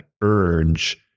urge